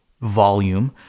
volume